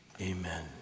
amen